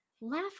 laugh